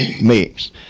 mix